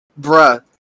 bruh